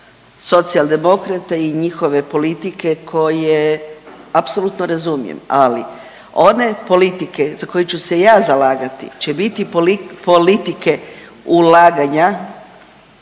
Socijaldemokrata i njihove politike koje apsolutno razumijem. Ali one politike za koje ću se ja zalagati će biti politike ulaganja